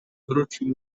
wrócił